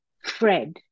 Fred